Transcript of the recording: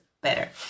better